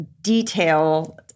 detail